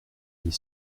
dit